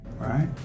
right